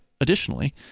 Additionally